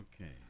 Okay